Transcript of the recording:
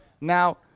Now